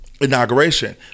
Inauguration